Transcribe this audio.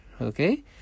Okay